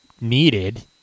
needed